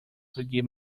forgive